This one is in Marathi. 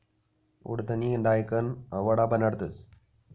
उडिदनी दायकन वडा बनाडतस